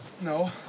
No